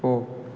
போ